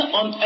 on